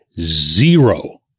zero